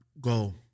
go